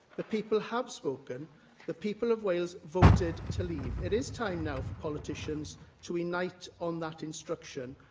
the people have spoken the people of wales voted to leave. it is time now for politicians to unite on that instruction,